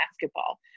basketball